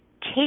take